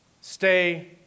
stay